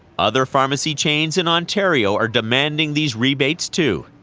other pharmacy chains in ontario are demanding these rebates, too.